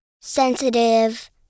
sensitive